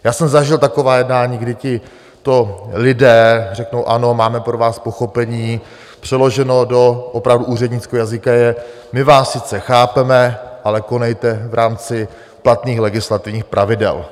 Já jsem zažil taková jednání, kdy tito lidé řeknou: Ano, máme pro vás pochopení přeloženo do opravdu úřednického jazyka: My vás sice chápeme, ale konejte v rámci platných legislativních pravidel.